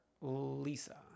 Lisa